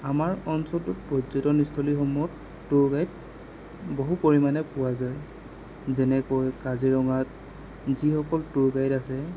আমাৰ অঞ্চলটোত পৰ্যটন স্থলীসকলত ট'ৰ গাইড বহু পৰিমাণে পোৱা যায় যেনেকৈ কাজিৰঙাত যিসকল ট'ৰ গাইড আছে